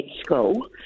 school